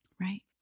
Right